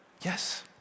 Yes